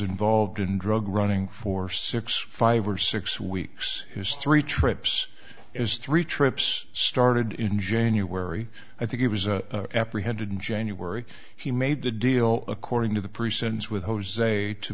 involved in drug running for six five or six weeks his three trips as three trips started in january i think it was a apprehended in january he made the deal according to the persons with jose to